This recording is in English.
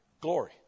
glory